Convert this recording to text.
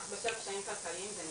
אך בשל קשיים כלכליים זה נדחה.